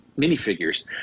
minifigures